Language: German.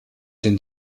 den